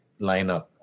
lineup